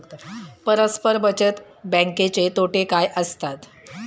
परस्पर बचत बँकेचे तोटे काय असतात?